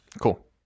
Cool